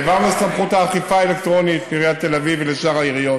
העברנו את סמכות האכיפה האלקטרונית לעיריית תל אביב ולשאר העיריות,